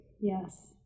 Yes